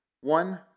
One